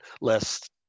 less